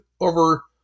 over